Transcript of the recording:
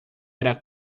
era